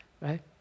Right